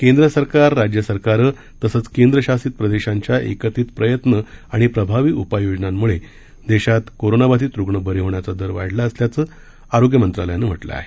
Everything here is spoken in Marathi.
केंद्र सरकार राज्य सरकारं तसंच केंद्र शासित प्रदेशांच्या एकत्रित प्रयत्न आणि प्रभावी उपाययोजनांमुळे देशात कोरोनाबाधित रुग्ण बरे होण्याचा दर वाढला असल्याचं आरोग्य मंत्रालयानं म्हटलं आहे